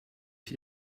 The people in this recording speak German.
ich